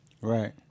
Right